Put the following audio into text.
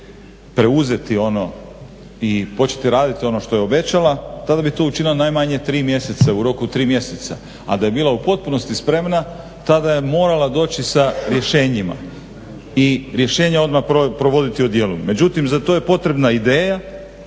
preuzeti ono i početi raditi ono što je obećala tada bi to učinila najmanje 3 mjeseca, u roku 3 mjeseca, a da je bila u potpunosti spremna tada je morala doći sa rješenjima i rješenja odmah provoditi u djelo. Međutim, za to je potrebna ideja